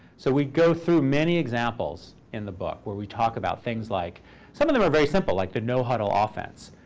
so we go through many examples in the book where we talk about things like some of them are very simple, like the no-huddle offense,